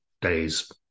days